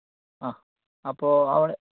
ആ അപ്പോൾ അവിടെ